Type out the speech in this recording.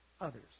others